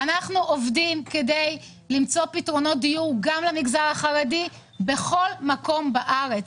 אנחנו עובדים כדי למצוא פתרונות דיור גם למגזר החרדי בכל מקום בארץ.